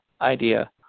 idea